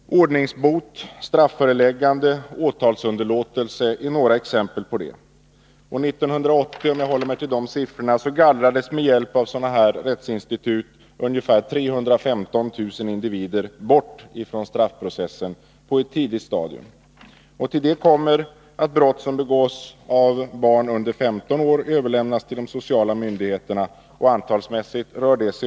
Ordningsbot, strafföreläggande och åtalsunderlåtelse är exempel härpå. 1980 — om jag håller mig till de siffrorna — gallrades med hjälp av dessa institut ca 315 000 individer bort från straffprocessen på ett tidigt stadium. Till detta kommer att brott som begås av barn under 15 år överlämnas till de sociala myndigheterna — och det kanske skall vara så.